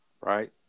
right